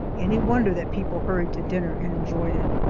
any wonder that people hurried to dinner and enjoyed it?